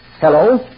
Hello